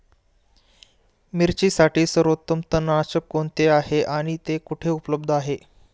मिरचीसाठी सर्वोत्तम तणनाशक कोणते आहे आणि ते कुठे उपलब्ध आहे?